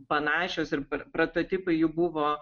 panašios ir prototipai jų buvo